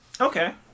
Okay